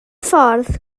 ffordd